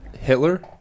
Hitler